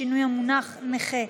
שינוי המונח נכה),